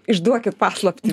išduokit paslaptį